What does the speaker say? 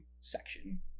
section